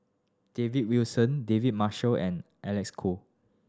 David Wilson David Marshall and Alec Kuok